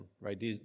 right